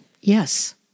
Yes